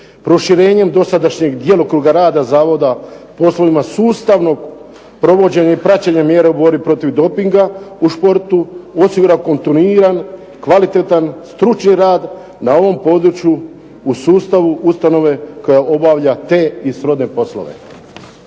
proširenjem dosadašnjeg djelokruga rada Zavoda poslovima sustavno provođenje i praćenje mjera u borbi protiv dopinga u sportu osigurao kontinuiran kvalitetan, stručni rad na ovom području u sustavu ustanove koja obavlja te i srodne poslove.